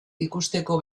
ikusteko